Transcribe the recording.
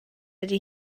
ydy